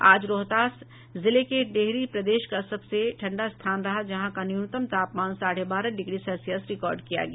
आज रोहतास जिले के डेहरी प्रदेश का सबसे ठंडा स्थान रहा जहां का न्यूनतम तापमान साढ़े बारह डिग्री सेल्सियस रिकॉर्ड किया गया